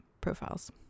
profiles